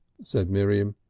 said miriam.